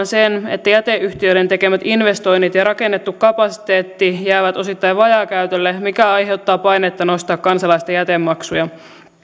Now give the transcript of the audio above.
sen että jäteyhtiöiden tekemät investoinnit ja rakennettu kapasiteetti jäävät osittain vajaakäytölle mikä aiheuttaa painetta nostaa kansalaisten jätemaksuja